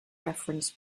reference